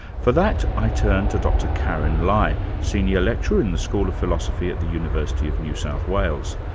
for that, i turned to dr karyn lai, senior lecturer in the school of philosophy at the university of new south wales,